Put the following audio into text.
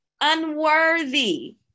unworthy